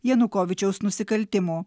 janukovyčiaus nusikaltimų